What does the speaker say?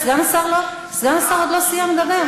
סגן השר לא, סגן השר עוד לא סיים לדבר.